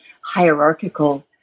hierarchical